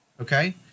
okay